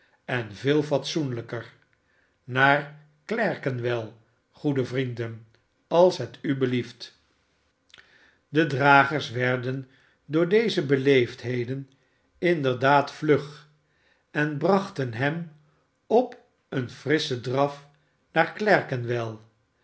en veel fatsoenlijker naar clerkenwell goede vrienden als het u belieft de dragers werden door deze beleefdheid inderdaad vlug en brachten hem op een frisschen draf naar clerkenwell